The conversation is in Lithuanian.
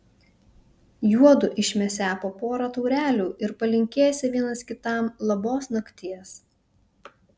juodu išmesią po porą taurelių ir palinkėsią vienas kitam labos nakties